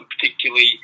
particularly